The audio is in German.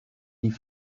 die